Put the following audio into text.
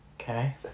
Okay